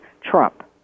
Trump